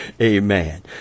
amen